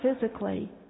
physically